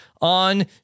on